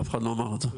אף אחד לא אמר את זה.